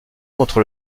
contre